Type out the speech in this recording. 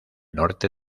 norte